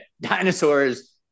dinosaurs